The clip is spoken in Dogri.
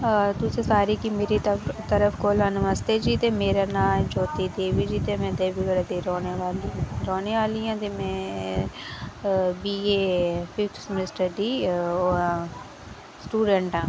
तुसें सारें गी मेरी तरफ कोला नमस्ते जी ते मेरा नांऽ ऐ ज्योति देवी जी ते मैं देवीगढ़ दी रौह्ने आह्ली आं ते मैं बी ए फिफ्थ समिस्टर दी ओह् आं स्टूडेंट आं